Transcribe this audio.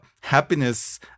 happiness